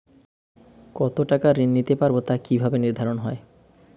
কতো টাকা ঋণ নিতে পারবো তা কি ভাবে নির্ধারণ হয়?